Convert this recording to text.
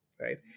right